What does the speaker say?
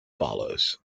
follows